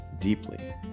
deeply